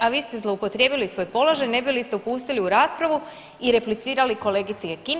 A vi ste zloupotrijebili svoj položaj ne biste li se upustili u raspravu i replicirali kolegici Kekin.